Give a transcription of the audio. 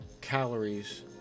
calories